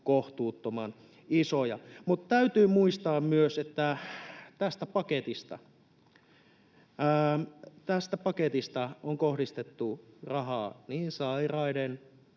kohtuuttoman isoja. Täytyy muistaa myös, että tästä paketista on kohdistettu rahaa niin sairaiden,